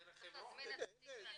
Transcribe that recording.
בדרך חברון.